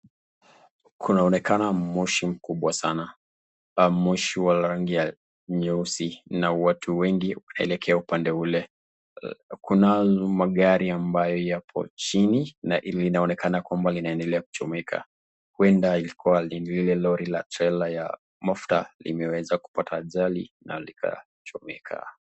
Kunaonekana moshi mkubwa sana. Moshi wa rangi ya nyeusi na watu wengi wanaelekea upande ule. Kunao magari ambayo yapo chini na linaonekana kwamba linaendelea kuchomeka. Huenda ilikuwa ni lile lori ya trela ya mafuta limeweza kupata ajali na likachomeka.